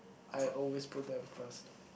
I always put them first